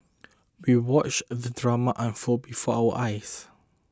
we watched the drama unfold before our eyes